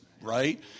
right